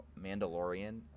Mandalorian